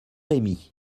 rémy